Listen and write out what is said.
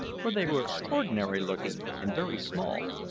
for they were ordinary-looking and very small,